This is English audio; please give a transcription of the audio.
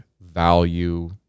value